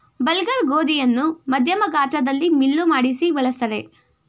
bulgur ಗೋಧಿಯನ್ನು ಮಧ್ಯಮ ಗಾತ್ರದಲ್ಲಿ ಮಿಲ್ಲು ಮಾಡಿಸಿ ಬಳ್ಸತ್ತರೆ